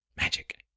Magic